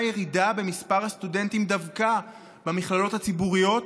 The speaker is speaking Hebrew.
ירידה במספר הסטודנטים דווקא במכללות הציבוריות,